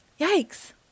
Yikes